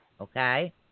Okay